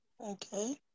Okay